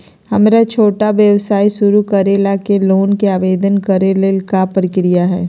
हमरा छोटा व्यवसाय शुरू करे ला के लोन के आवेदन करे ल का प्रक्रिया हई?